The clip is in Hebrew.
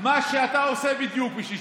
בדיוק מה שאתה עושה בשישי-שבת.